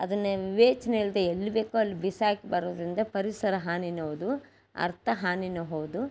ಅದನ್ನು ವಿವೇಚನೆ ಇಲ್ಲದೇ ಎಲ್ಲಿ ಬೇಕೋ ಅಲ್ಲಿ ಬಿಸಾಕಿ ಬರೋದರಿಂದ ಪರಿಸರ ಹಾನಿನೂ ಹೌದು ಅರ್ಥ ಹಾನಿನೂ ಹೌದು